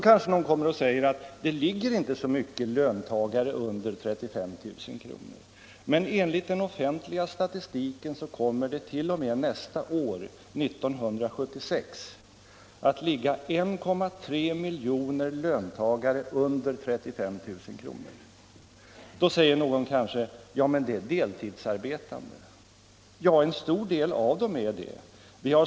Kanske någon säger: ”Det ligger inte så många löntagare under 35 000 kr.” Men enligt den offentliga statistiken kommer det t.o.m. nästa år, 1976, att ligga 1,3 miljoner löntagare under 35 000 kr. Då invänder man: ”Men det är deltidsarbetande.” Ja, en stor del av dem är det.